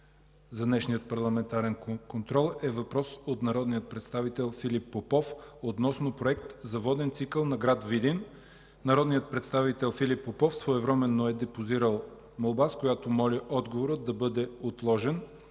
от днешния парламентарен контрол е въпрос от народния представител Филип Попов относно Проект за воден цикъл на град Видин. Народният представител Филип Попов своевременно е депозирал молба, с която моли отговорът да бъде отложен